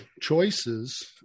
choices